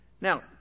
Now